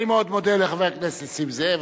אני מאוד מודה לחבר הכנסת נסים זאב.